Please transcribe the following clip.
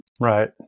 Right